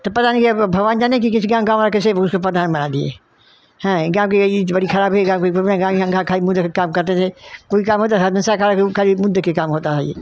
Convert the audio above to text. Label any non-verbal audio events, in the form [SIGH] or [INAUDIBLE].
तो प्रधानी गया भगवान जाने कि किस गाँव वाला उसको प्रधान बना दिए है गाँव की ई बढ़ी ख़राब है [UNINTELLIGIBLE] खली मुंह देख के काम करते थे कोई काम होता था हरमेशा ऊ खाली मुँह देख के काम होता है ये